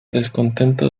descontento